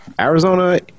Arizona